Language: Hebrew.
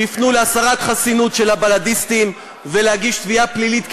שיפנו להסרת חסינות של הבל"דיסטים ולהגשת תביעה פלילית נגדם,